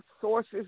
sources